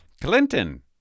Clinton